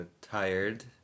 Tired